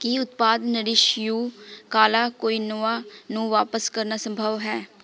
ਕੀ ਉਤਪਾਦ Nourish You ਕਾਲਾ quinoa ਨੂੰ ਵਾਪਸ ਕਰਨਾ ਸੰਭਵ ਹੈ